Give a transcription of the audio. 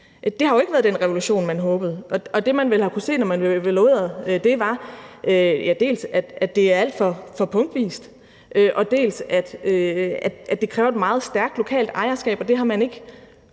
Det har jo ikke været den revolution, man håbede, og det, man kunne se, når man evaluerede, var, dels at det var alt for punktvis, dels at det kræver et meget stærkt lokalt ejerskab, og det har man ikke